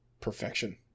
Perfection